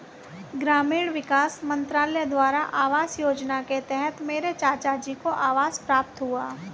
ग्रामीण विकास मंत्रालय द्वारा आवास योजना के तहत मेरे चाचाजी को आवास प्राप्त हुआ